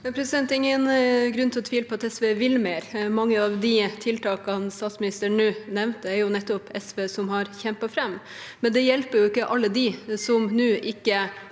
Det er ingen grunn til å tvile på at SV vil mer. Mange av de tiltakene statsministeren nå nevnte, er det nettopp SV som har kjempet fram. Men det hjelper ikke alle dem som nå ikke